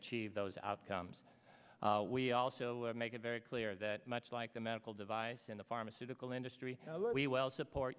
achieve those outcomes we also make it very clear that much like the medical device in the pharmaceutical industry we will support